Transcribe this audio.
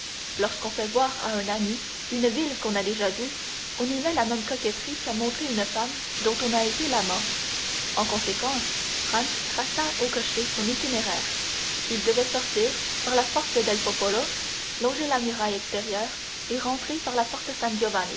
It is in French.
lorsqu'on fait voir à un ami une ville qu'on a déjà vue on y met la même coquetterie qu'à montrer une femme dont on a été l'amant en conséquence franz traça au cocher son itinéraire il devait sortir par la porte del popolo longer la muraille extérieure et rentrer par la porte